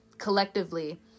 collectively